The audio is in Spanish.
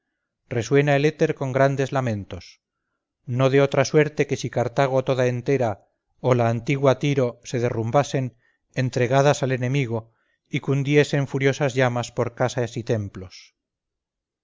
resuena el éter con grandes lamentos no de otra suerte que si cartago toda entera o la antigua tiro se derrumbasen entregadas al enemigo y cundiesen furiosas llamas por casa y templos